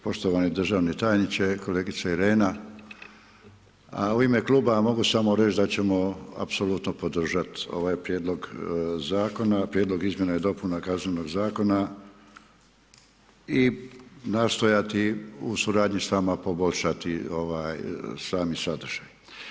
Poštovani državni tajniče, kolegice Irena, u ime Kluba mogu samo reći da ćemo apsolutno podržati ovaj prijedlog zakona, prijedlog izmjena i dopuna Kaznenog zakona i nastojati u suradnji s vama poboljšati sami sadržaj.